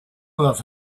love